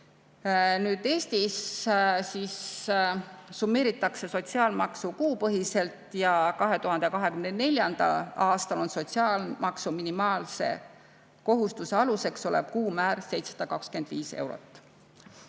Eestis summeeritakse sotsiaalmaksu kuupõhiselt ja 2024. aastal on sotsiaalmaksu minimaalse kohustuse aluseks olev kuumäär 725 eurot.